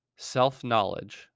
self-knowledge